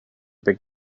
big